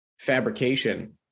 fabrication